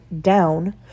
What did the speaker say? down